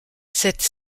cette